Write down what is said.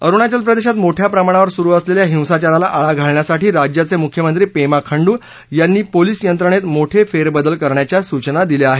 अरुणाचल प्रदेशात मोठ्या प्रमाणावर सुरु असलेल्या हिंसाचाराला आळा घालण्यासाठी राज्याचे मुख्यमंत्री पेमा खांडू यांनी पोलीस यंत्रणेत मोठे फेरबदल करण्याच्या सुचना दिल्या आहेत